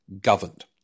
governed